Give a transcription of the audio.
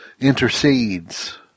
intercedes